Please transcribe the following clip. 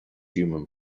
human